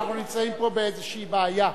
אנחנו נמצאים פה באיזו בעיה.